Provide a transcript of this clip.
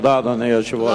תודה, אדוני היושב-ראש.